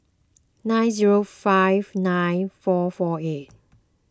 seven zero five nine four four eight